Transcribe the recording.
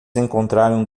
encontraram